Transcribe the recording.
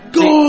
go